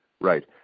Right